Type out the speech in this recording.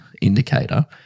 indicator